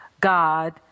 God